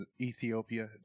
Ethiopia